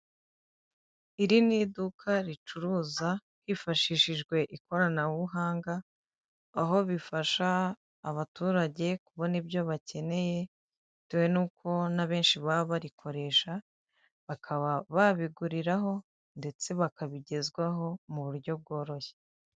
Iri ni iduka ricuruza hifashishijwe ikoranabuhanga, aho bifasha abaturage kubona ibyo bakeneye, bitewe n'uko n'abenshi baba barikoresha, bakaba babiguriraho ndetse bakabigezwaho mu buryo bworoshye.